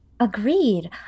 Agreed